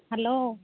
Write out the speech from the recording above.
hello